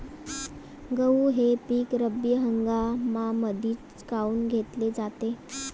गहू हे पिक रब्बी हंगामामंदीच काऊन घेतले जाते?